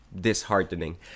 disheartening